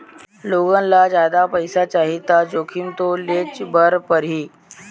लोगन ल जादा पइसा चाही त जोखिम तो लेयेच बर परही